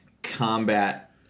combat